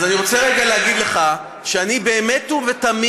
אז אני רוצה רגע להגיד לך שאני באמת ובתמים